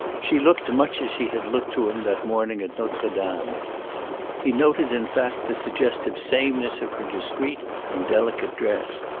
she looked much as she had looked to him that morning at notre dame he noted in fact the suggestive sameness of her discreet and delicate dress.